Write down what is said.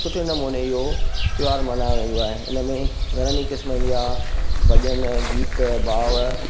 सुठे नमूने इहो त्योहारु मल्हायो वेंदो आहे इन में घणनि ही क़िस्मनि जा भॼन गीत भाव